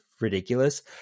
ridiculous